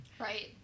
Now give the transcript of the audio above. Right